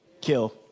kill